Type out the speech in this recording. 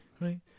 right